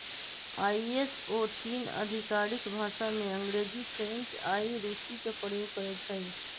ISO तीन आधिकारिक भाषामें अंग्रेजी, फ्रेंच आऽ रूसी के प्रयोग करइ छै